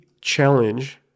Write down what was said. challenge